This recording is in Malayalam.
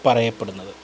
പറയപ്പെടുന്നത്